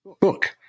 book